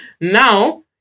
now